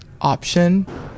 Option